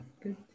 Good